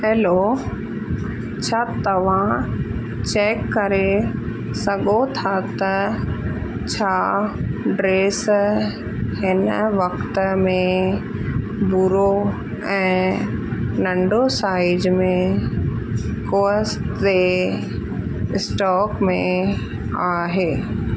hello छा तव्हां check करे सघो था त छा ड्रेस हिन वक़्त में भूरो ऐं नंढो साइज में कोअस ते स्टॉक में आहे